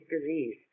disease